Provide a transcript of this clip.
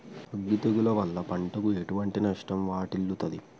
అగ్గి తెగులు వల్ల పంటకు ఎటువంటి నష్టం వాటిల్లుతది?